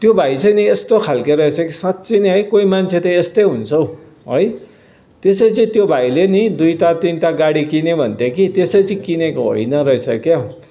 त्यो भाइ चाहिँ नि यस्तो खालके रहेछ कि साँच्चै नै है कोही मान्छे त यस्तै हुन्छ हौ है त्यसै चाहिँ त्यो भाइले नि दुइवटा तिनवटा गाडी किन्यो भन्थ्यो कि त्यसै चाहिँ किनेको होइन रहेछ के हो